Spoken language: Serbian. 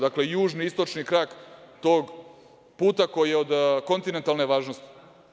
Dakle, južni i istočni krak tog puta koji je od kontinentalne važnosti.